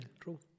True